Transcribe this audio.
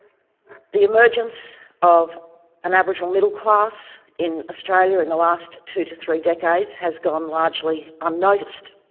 the emergence of an aboriginal middle class in australia in the last two to three decades has gone largely unnoticed.